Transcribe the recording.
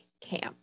camp